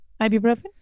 ibuprofen